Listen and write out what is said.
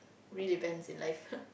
really depends in life